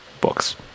books